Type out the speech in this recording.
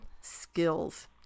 skills